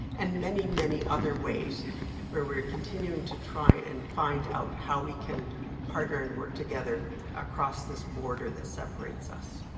and many, many other ways where we're continuing to try and find out how we can partner and work together across this border that separates us.